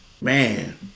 man